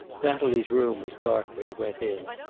natalie's room was dark when he went in.